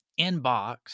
inbox